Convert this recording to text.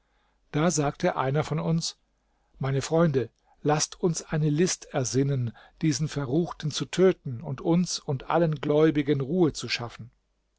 da sagte einer von uns meine freunde laßt uns eine list ersinnen diesen verruchten zu töten und uns und allen gläubigen ruhe zu schaffen